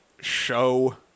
show